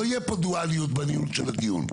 לא יהיה פה דואליות בניהול של הדיון,